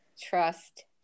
Trust